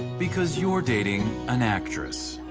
because you're dating an actress.